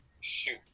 shoot